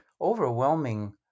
overwhelming